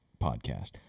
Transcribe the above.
podcast